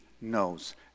knows